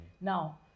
now